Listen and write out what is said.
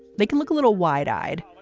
they can look a little wide eyed,